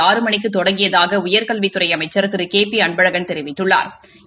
ஆறு மணிக்கு தொடங்கியதாக உயர்கல்வித்துறை அமைச்சா் திரு கே பி அன்பழகன் தெரிவித்துள்ளாா்